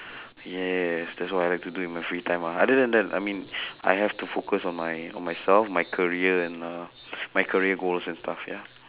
ya ya yes that's what I like to do in my free time ah other than that I mean I have to focus on my on myself my career and uh my career goals and stuff ya